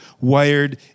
wired